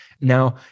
Now